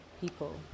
people